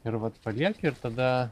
ir vat palieki ir tada